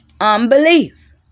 unbelief